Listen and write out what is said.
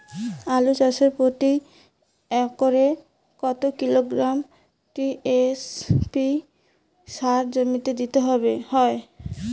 আলু চাষে প্রতি একরে কত কিলোগ্রাম টি.এস.পি সার জমিতে দিতে হয়?